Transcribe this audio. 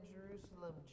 Jerusalem